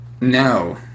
No